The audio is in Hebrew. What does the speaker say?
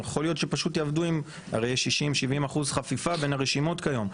הרי יש 60%-70% חפיפה בין הרשימות כיום,